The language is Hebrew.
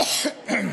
גם היהדות.